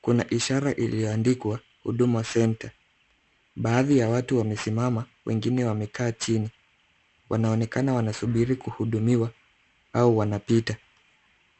Kuna ishara iliyoandikwa Huduma Centre. Baadhi ya watu wamesimama, wengine wamekaa chini. Wanaonekana wanasubiri kuhudumiwa au wanapita.